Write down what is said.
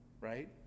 right